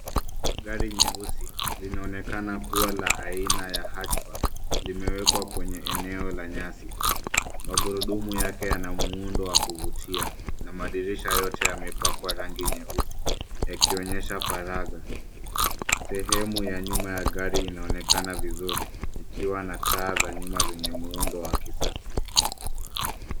Gari nyeusi linaonekana kuwa la aina ya hatchback limewekwa kwenye eneo la nyasi. Magurudumu yake yana muundo wa kuvutia na madirisha yote yamepakwa rangi nyeusi yakionyesha faraga. Sehemu ya nyuma ya gari inaonekana vizuri ikiwa na taa za nyuma zenye muundo wa kisasa.